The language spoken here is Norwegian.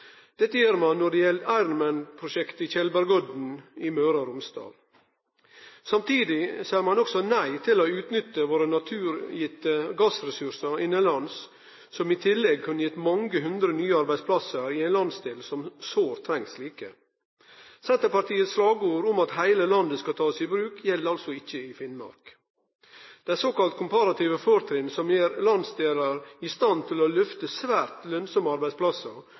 dette gjer ein når det gjeld Ironman-prosjektet på Tjeldbergodden i Møre og Romsdal. Samtidig seier ein også nei til å utnytte våre naturgitte gassressursar innanlands, som i tillegg kunne ha gitt mange hundre nye arbeidsplassar i ein landsdel som sårt treng slike. Senterpartiets slagord om at heile landet skal takast i bruk, gjeld altså ikkje i Finnmark. Dei såkalla komparative fortrinna som gjer landsdelar i stand til å lyfte svært lønnsame arbeidsplassar,